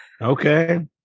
Okay